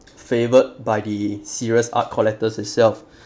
favoured by the serious art collectors itself